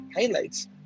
highlights